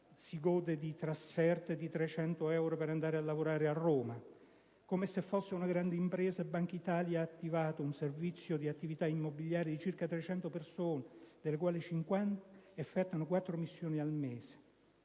si gode di trasferte di 300 euro per andare a lavorare a Roma. Come se fosse una grande impresa, Bankitalia ha attivato un servizio di attività immobiliari di circa 300 persone, delle quali 50 effettuano quattro missioni al mese,